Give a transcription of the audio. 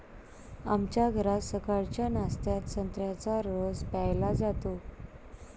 आमच्या घरात सकाळच्या नाश्त्यात संत्र्याचा रस प्यायला जातो